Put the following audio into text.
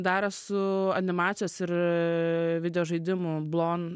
dar esu animacijos ir video žaidimų blon